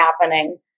happening